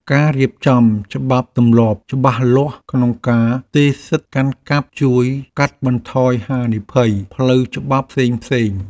ការរៀបចំច្បាប់ទម្លាប់ច្បាស់លាស់ក្នុងការផ្ទេរសិទ្ធិកាន់កាប់ជួយកាត់បន្ថយហានិភ័យផ្លូវច្បាប់ផ្សេងៗ។